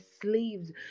sleeves